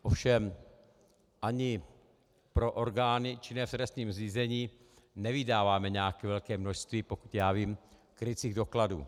Ovšem ani pro orgány činné v trestním řízení nevydáváme nějaké velké množství, pokud já vím, krycích dokladů.